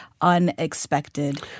unexpected